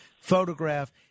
photograph